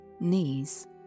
knees